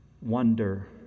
wonder